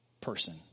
person